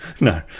no